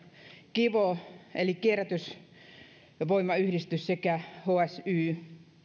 kivo eli kierrätysvoimayhdistys sekä hsy